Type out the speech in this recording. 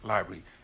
Library